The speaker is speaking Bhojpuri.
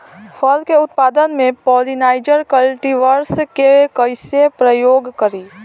फल के उत्पादन मे पॉलिनाइजर कल्टीवर्स के कइसे प्रयोग करी?